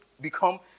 become